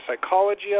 psychology